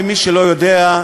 למי שלא יודע,